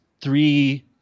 three